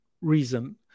reason